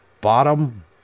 Bottom